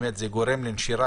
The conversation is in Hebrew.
זה באמת גורם לנשירה,